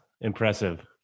impressive